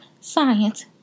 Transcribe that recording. science